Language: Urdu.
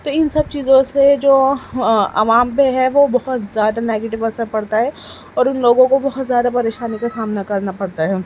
تو ان سب چیزوں سے جو عوام پہ ہے وہ بہت زیادہ نگیٹو اثر پڑتا ہے اور ان لوگوں کو بہت زیادہ پریشانی کا سامنا کرنا پڑتا ہے